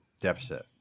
deficit